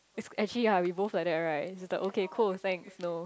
it's actually ya we both like that right the okay cool thanks no